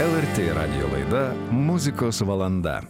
el er tė radijo laida muzikos valanda